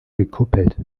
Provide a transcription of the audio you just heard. gekuppelt